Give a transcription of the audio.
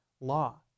law